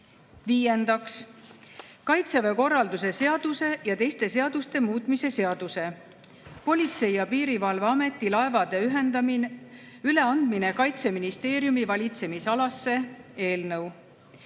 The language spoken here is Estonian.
Viiendaks, Kaitseväe korralduse seaduse ja teiste seaduste muutmise seaduse (Politsei- ja Piirivalveameti laevade üleandmine Kaitseministeeriumi valitsemisalasse) eelnõu.